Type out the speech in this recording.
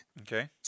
okay